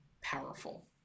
powerful